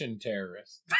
terrorists